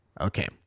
Okay